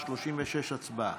הסתייגות 36, הצבעה.